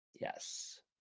yes